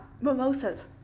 mimosas